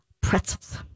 pretzels